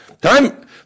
Time